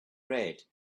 red